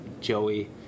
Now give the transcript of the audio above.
Joey